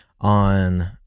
on